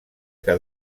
que